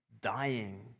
dying